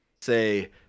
say